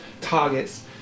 targets